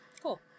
cool